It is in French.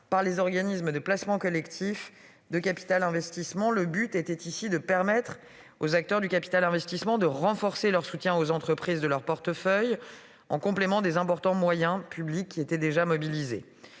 par les organismes de placement collectif de capital investissement. Le but était de permettre aux acteurs du capital investissement de renforcer leur soutien aux entreprises de leur portefeuille, en complément des importants moyens publics mobilisés.